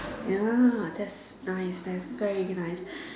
ya that's nice that's very nice